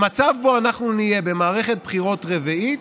במצב שבו אנחנו נהיה במערכת בחירות רביעית,